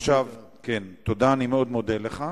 כל המערכות שעוסקות במסתננים האלה,